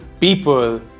people